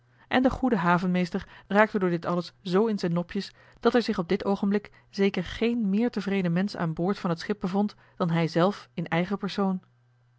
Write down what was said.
en de goede havenmeester raakte door dit alles zoo in zijn nopjes dat er zich op dit oogenblik zeker geen meer tevreden mensch aan boord van het schip bevond dan hij zelf in eigen persoon